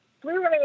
Blu-ray